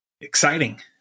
exciting